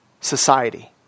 society